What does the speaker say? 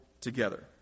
together